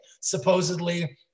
supposedly